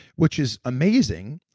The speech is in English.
which is amazing,